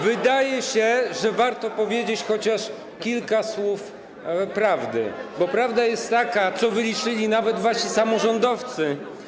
Wydaje się, że warto powiedzieć chociaż kilka słów prawdy, bo prawda jest taka, co wyliczyli nawet wasi samorządowcy.